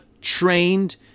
trained